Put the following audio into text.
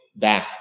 back